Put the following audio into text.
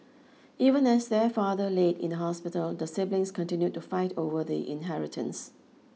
even as their father laid in the hospital the siblings continued to fight over the inheritance